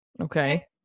Okay